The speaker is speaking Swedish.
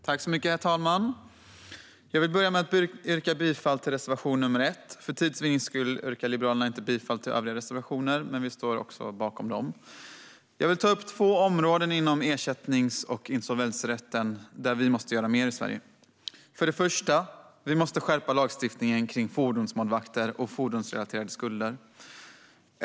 Herr talman! Jag vill börja med att yrka bifall till reservation nr 1. För tids vinnande yrkar Liberalerna inte bifall till våra övriga reservationer, men vi står bakom även dem. Jag vill ta upp två områden inom ersättnings och insolvensrätten där vi måste göra mer i Sverige. För det första måste vi skärpa lagstiftningen kring fordonsmålvakter och fordonsrelaterade skulder.